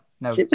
no